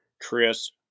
Chris